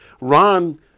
Ron